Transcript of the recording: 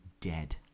Dead